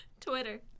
Twitter